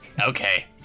Okay